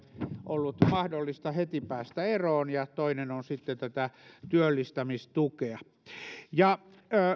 ollut mahdollista heti päästä eroon ja toinen on sitten tätä työllistämistukea